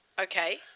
Okay